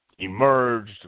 emerged